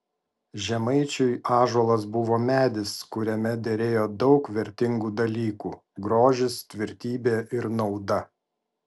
žemaičiui ąžuolas buvo medis kuriame derėjo daug vertingų dalykų grožis tvirtybė ir nauda